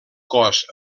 cos